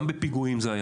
גם בפיגועים זה היה,